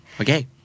Okay